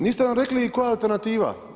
Niste nam rekli i koja alternativa?